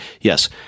yes